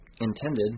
intended